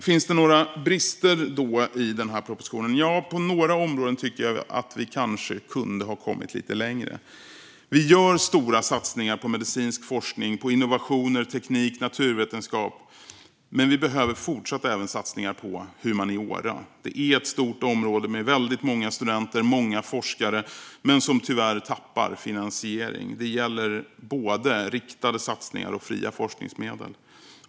Finns det då några brister i propositionen? Ja, på några områden tycker jag att vi kanske kunde ha kommit lite längre. Vi gör stora satsningar på medicinsk forskning och på innovationer, teknik och naturvetenskap, men vi behöver även fortsätta göra satsningar på humaniora. Det är ett stort område med väldigt många studenter och många forskare, men tyvärr tappar det finansiering. Det gäller både riktade satsningar och fria forskningsmedel.